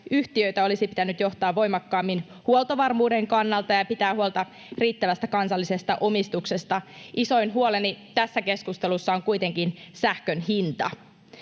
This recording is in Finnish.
yhtiöitä olisi pitänyt johtaa voimakkaammin huoltovarmuuden kannalta ja pitää huolta riittävästä kansallisesta omistuksesta, isoin huoleni tässä keskustelussa on kuitenkin sähkön hinta.